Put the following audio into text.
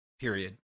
period